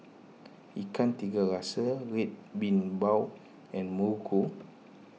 Ikan Tiga Rasa Red Bean Bao and Muruku